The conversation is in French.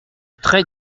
très